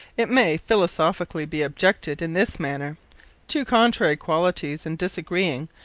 it may philosophically be objected, in this manner two contrary qualities, and disagreeing,